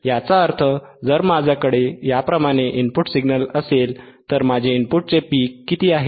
याचा अर्थ जर माझ्याकडे याप्रमाणे इनपुट सिग्नल असेल तर माझे इनपुटचे पीक किती आहे